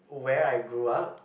where I grew up